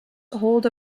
hold